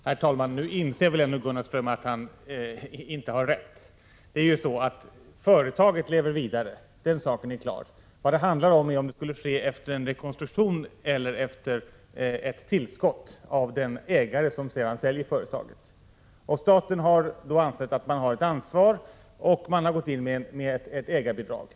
Herr talman! Nu inser väl ändå Gunnar Ström att han inte har rätt! Företaget lever vidare — den saken är klar. Vad det handlar om är om de skulle ske efter en rekonstruktion eller efter ett tillskott av den ägare som sedan säljer företaget. Staten har då ansett sig ha ett ansvar och gått in med ett ägarbidrag.